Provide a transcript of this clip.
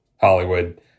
Hollywood